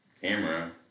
camera